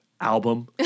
album